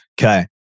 Okay